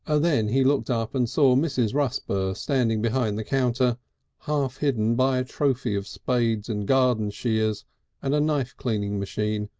ah then he looked up and saw mrs. rusper standing behind the counter half hidden by a trophy of spades and garden shears and a knife-cleaning machine,